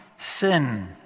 sin